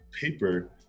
paper